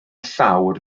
llawr